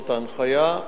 זאת ההנחיה,